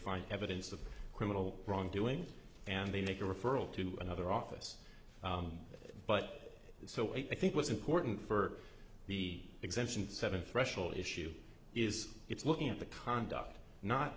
find evidence of criminal wrongdoing and they make a referral to another office but so i think what's important for the exemption seven threshold issue is it's looking at the conduct not